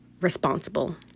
responsible